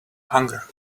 hunger